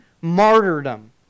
martyrdom